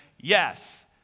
yes